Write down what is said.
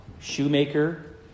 shoemaker